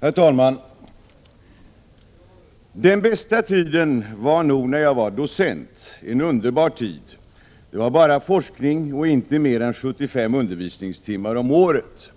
Herr talman! ”Den bästa tiden var nog när jag var docent. En underbar tid. Det var bara forskning och inte mer än 75 undervisningstimmar om året.”